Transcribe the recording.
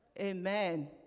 Amen